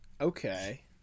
okay